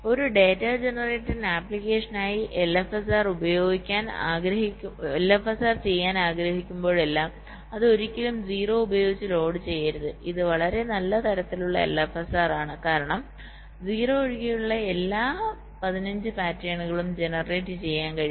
ഒരു data generation ആപ്ലിക്കേഷനായി LFSR ചെയ്യാൻ ആഗ്രഹിക്കുമ്പോഴെല്ലാം അത് ഒരിക്കലും 0 ഉപയോഗിച്ച് ലോഡുചെയ്യരുത് ഇത് വളരെ നല്ല തരത്തിലുള്ള LFSR ആണ് കാരണം 0 ഒഴികെയുള്ള മറ്റെല്ലാ 15 പാറ്റേണുകളും ജനറേറ്റ് ചെയ്യാൻ കഴിയും